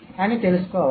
అని తెలుసుకోవాలి